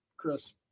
Chris